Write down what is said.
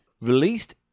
released